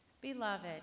Beloved